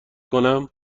کنم